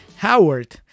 Howard